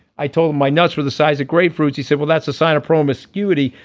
i told my notes for the size of grapefruits he said. well that's a sign of promiscuity.